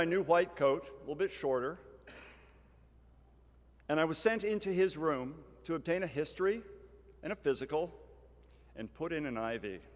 my new white coat will bit shorter and i was sent into his room to obtain a history and a physical and put in an i